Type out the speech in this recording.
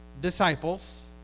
disciples